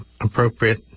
appropriate